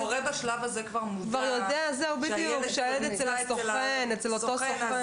ההורה בשלב הזה כבר מודע לכך שהילד אצל הסוכן הזה